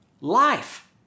Life